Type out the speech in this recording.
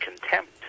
Contempt